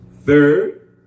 Third